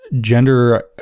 gender